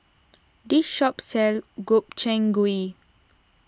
this shop sells Gobchang Gui